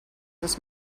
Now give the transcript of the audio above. this